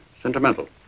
sentimental